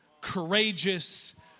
courageous